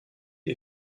die